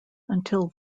until